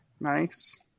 Nice